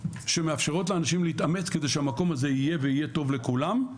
שמאפשרות לאנשים להתאמץ כדי שהמקום הזה יהיה ויהיה טוב לכולם,